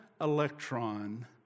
electron